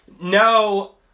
no